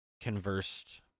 conversed